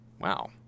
Wow